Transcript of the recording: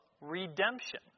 redemption